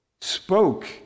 spoke